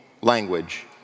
language